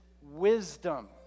wisdom